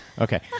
Okay